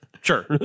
Sure